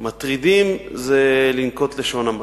מטרידים זה לנקוט לשון המעטה.